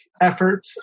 Effort